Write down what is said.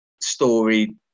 story